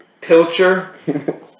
Pilcher